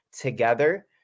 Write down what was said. together